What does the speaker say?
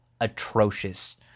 atrocious